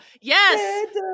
yes